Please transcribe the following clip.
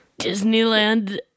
Disneyland